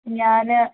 ഞാൻ